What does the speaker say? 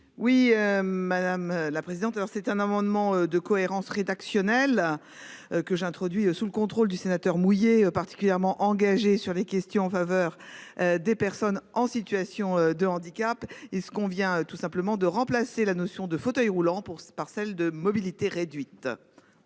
Oui madame la présidente. Alors c'est un amendement de cohérence rédactionnelle. Que j'introduis sous le contrôle du sénateur mouillé particulièrement engagé sur les questions en faveur des personnes en situation de handicap et ce qu'on vient tout simplement de remplacer la notion de fauteuils roulants pour par celle de mobilité réduite.